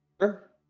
Sure